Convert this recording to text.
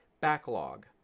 backlog